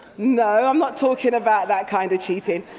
no, i'm not talking about that kind of cheating.